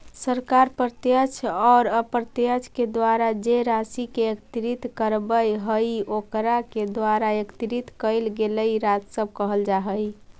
सरकार प्रत्यक्ष औउर अप्रत्यक्ष के द्वारा जे राशि के एकत्रित करवऽ हई ओकरा के द्वारा एकत्रित कइल गेलई राजस्व कहल जा हई